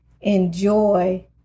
Enjoy